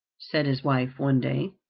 said his wife one day.